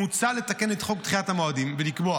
מוצע לתקן את חוק דחיית המועדים ולקבוע